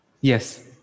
Yes